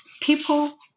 people